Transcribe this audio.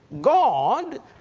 God